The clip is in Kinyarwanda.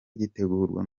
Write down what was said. gitegurwa